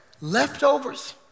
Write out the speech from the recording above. leftovers